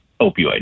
opioid